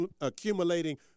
accumulating